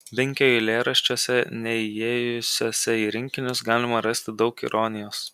binkio eilėraščiuose neįėjusiuose į rinkinius galima rasti daug ironijos